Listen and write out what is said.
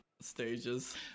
stages